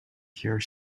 here